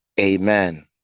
amen